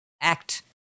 act